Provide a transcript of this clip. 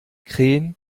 krähen